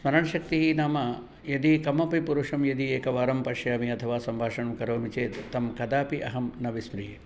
स्मरणशक्तिः नाम यदि कमपि पुरुषम् एकवारं पश्यामि अथवा सम्भाषणं करोमि चेत् तं कदापि अहं न विस्मृहे